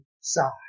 side